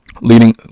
leading